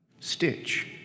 Stitch